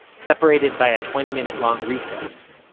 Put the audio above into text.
separated by a twenty-minute-long recess.